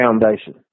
foundation